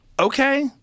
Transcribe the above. Okay